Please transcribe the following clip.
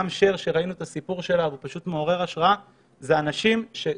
וגם שמענו את סיפורה מעורר ההשראה של שר.